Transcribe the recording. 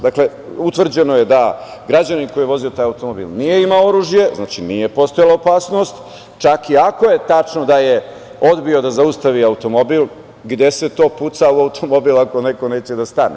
Dakle, utvrđeno je da građanin koji je vozio taj automobil nije imao oružje, nije postojala opasnost, čak i ako je tačno da je odbio da zaustavi automobil, gde se to pucalo u automobil ako neko neće da stane?